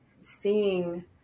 seeing